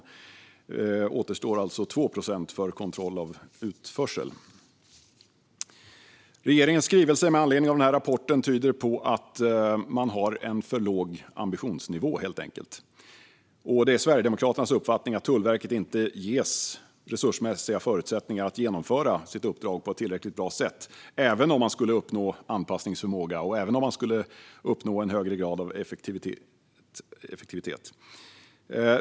Det återstod alltså 2 procent för kontroll av utförsel. Regeringens skrivelse med anledning av rapporten tyder på att man helt enkelt har en för låg ambitionsnivå. Det är Sverigedemokraternas uppfattning att Tullverket inte ges resursmässiga förutsättningar att genomföra sitt uppdrag på ett tillräckligt bra sätt, även om anpassningsförmåga och en högre grad av effektivitet skulle uppnås.